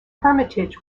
hermitage